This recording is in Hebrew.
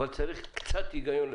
אבל צריך לפחות קצת היגיון,